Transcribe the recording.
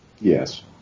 Yes